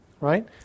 right